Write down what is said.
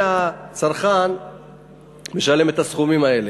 ואני נקרא שבוי בידיו,